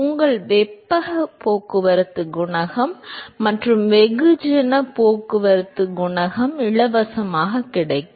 உங்கள் வெப்பப் போக்குவரத்து குணகம் மற்றும் வெகுஜன போக்குவரத்து குணகம் இலவசமாக கிடைக்கும்